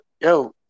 Yo